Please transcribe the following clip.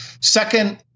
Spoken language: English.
Second